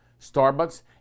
Starbucks